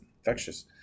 infectious